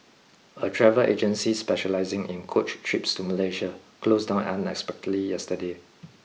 a travel agency specialising in coach trips to Malaysia closed down unexpectedly yesterday